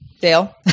Dale